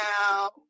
now